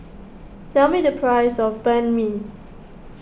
tell me the price of Banh Mi